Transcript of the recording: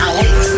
Alex